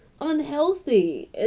unhealthy